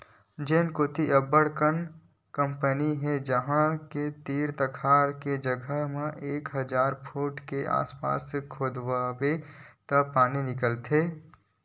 जेन कोती अब्बड़ अकन कंपनी हे उहां के तीर तखार के जघा म एक हजार फूट के आसपास खोदवाबे त पानी निकलथे